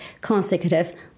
consecutive